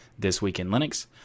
thisweekinlinux